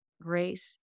grace